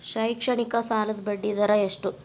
ಶೈಕ್ಷಣಿಕ ಸಾಲದ ಬಡ್ಡಿ ದರ ಎಷ್ಟು?